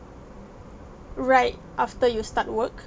right after you start work